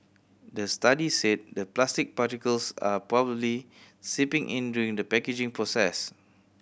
the study said that plastic particles are probably seeping in during the packaging process